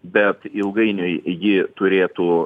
bet ilgainiui ji turėtų